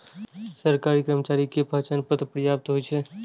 सरकारी कर्मचारी के पहचान पत्र पर्याप्त होइ छै